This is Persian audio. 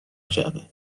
جعبه